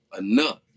Enough